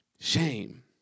Shame